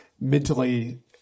mentally